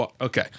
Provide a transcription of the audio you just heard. okay